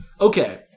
Okay